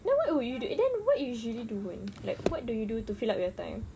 then what would you do then what you usually do one like what do you do to fill up your time